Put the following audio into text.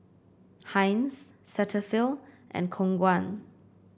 Heinz Cetaphil and Khong Guan